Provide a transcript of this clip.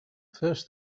first